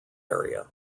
area